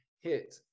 hit